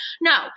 No